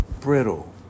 brittle